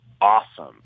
awesome